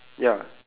ya